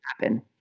happen